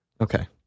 okay